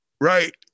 right